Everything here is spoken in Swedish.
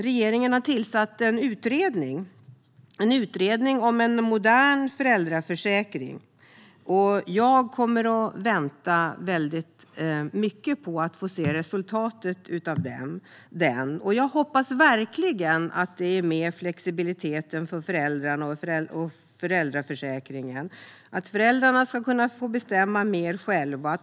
Regeringen har tillsatt en utredning - en utredning om en modern föräldraförsäkring. Jag kommer att vänta ivrigt på att få se resultatet av den, och jag hoppas verkligen att flexibiliteten för föräldrar och föräldraförsäkringen finns med. Föräldrarna ska kunna bestämma mer själva.